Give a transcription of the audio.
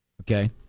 Okay